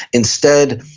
instead,